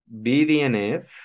BDNF